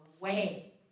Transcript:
away